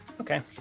Okay